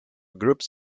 groups